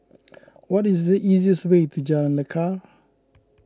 what is the easiest way to Jalan Lekar